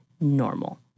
normal